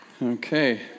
Okay